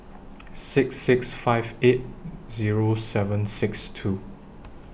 six six five eight Zero seven six two